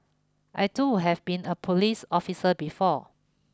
I too have been a police officer before